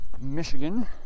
Michigan